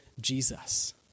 Jesus